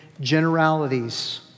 generalities